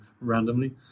randomly